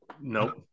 Nope